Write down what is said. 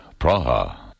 Praha